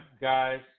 guys